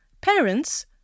parents